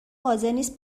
حاضرنیست